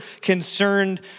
concerned